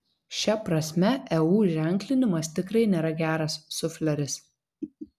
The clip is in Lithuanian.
šia prasme eu ženklinimas tikrai nėra geras sufleris